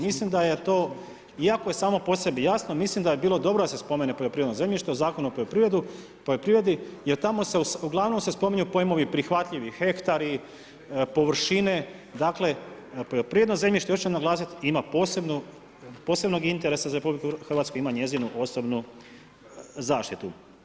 Mislim da je to, iako je samo po sebi jasno, mislim da bi bilo dobro da se spomene poljoprivredno zemljište u zakonu o poljoprivredi jer tamo se uglavnom spominju pojmovi prihvatljiviji hektari, površine, dakle poljoprivredno zemljište ima posebnog interesa za RH ima njezinu osobnu zaštitu.